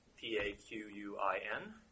P-A-Q-U-I-N